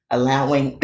Allowing